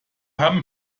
haben